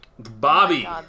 Bobby